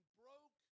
broke